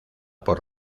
por